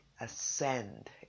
ascend